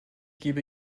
gebe